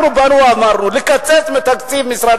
אנחנו באנו ואמרנו: לקצץ בתקציב משרד